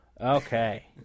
Okay